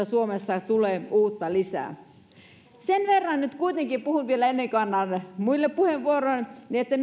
suomessa tulee turvetta myöskin uutta lisää sen verran nyt kuitenkin puhun vielä metsistä ennen kuin annan muille puheenvuoron että